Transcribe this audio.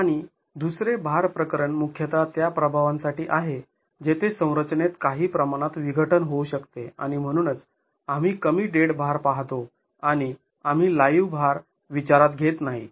आणि दुसरे भार प्रकरण मुख्यतः त्या प्रभावांसाठी आहे जेथे संरचनेत काही प्रमाणात विघटन होऊ शकते आणि म्हणूनच आम्ही कमी डेड भार पाहतो आणि आम्ही लाईव्ह भार विचारात घेत नाही